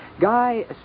Guy